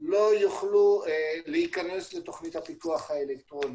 לא יוכלו להיכנס לתכנית הפיקוח האלקטרוני.